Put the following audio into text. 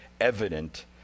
evident